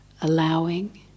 allowing